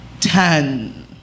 Ten